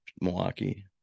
Milwaukee